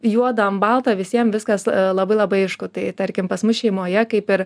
juodą baltą visiems viskas labai labai aišku tai tarkim pas mus šeimoje kaip ir